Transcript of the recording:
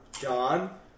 John